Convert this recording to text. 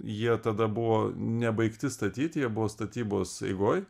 jie tada buvo nebaigti statyt jie buvo statybos eigoj